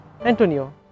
Antonio